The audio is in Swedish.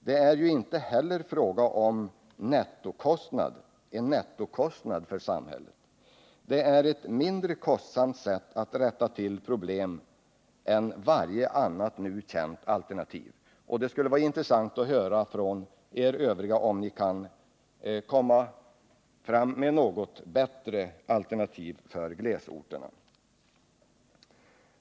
Det är inte heller fråga om en nettokostnad för samhället. Det är ett mindre kostsamt sätt att rätta till problemen än varje annat nu känt alternativ. Det vore intressant att höra från er övriga om ni kan ange något bättre alternativ för glesbygdsorterna.